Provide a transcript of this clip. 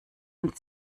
und